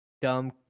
dumb